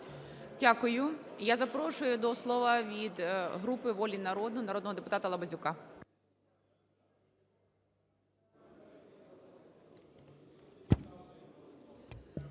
Дякую. Я запрошую до слова від групи "Воля народу" народного депутата Лабазюка.